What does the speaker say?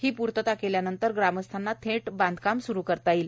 ही प्र्तता केल्यानंतर ग्रामस्थास थेट बांधकाम सुरु करता येईल